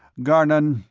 garnon,